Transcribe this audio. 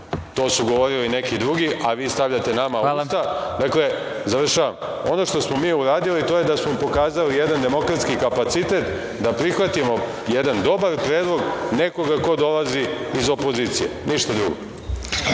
To su govorili neki drugi, a vi stavljate nama u usta. Dakle, završavam, ono što smo mi uradili to je da smo pokazali jedan demokratski kapacitet da prihvatimo jedan dobar predlog nekoga ko dolazi iz opozicije, ništa drugo.